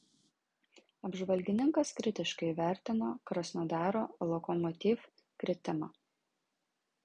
apžvalgininkas kritiškai įvertino krasnodaro lokomotiv kritimą